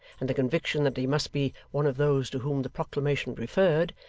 and the conviction that he must be one of those to whom the proclamation referred,